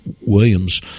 williams